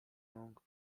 rąk